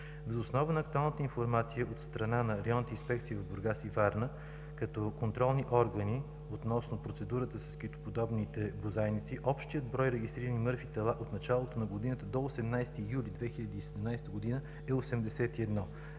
Въз основа на актуалната информация от страна на районните инспекции в Бургас и Варна, като контролни органи относно процедурата с китоподобните бозайници, общият брой на регистрирани мъртви тела от началото на годината до 18 юли 2017 г. е 81.